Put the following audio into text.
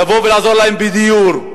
לבוא ולעזור להם בדיור,